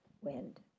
wind